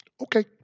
Okay